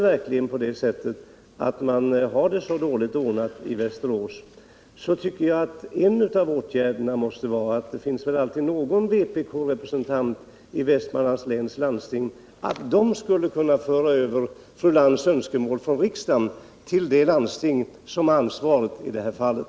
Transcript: Jag tycker att en av åtgärderna skulle vara att företrädare för vpk aktualiserade fru Lantz önskemål från riksdagen till det landsting som har ansvaret i det här fallet.